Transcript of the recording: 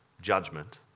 judgment